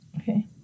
Okay